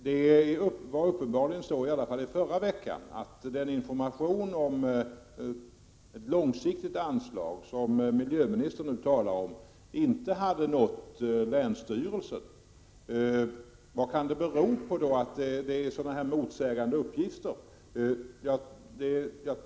Det var uppenbarligen så i alla fall i förra veckan, att den information om ett långsiktigt anslag som miljöministern nu talar om inte hade nått länsstyrelsen. Vad kan det då bero på att det är så här motsägande uppgifter?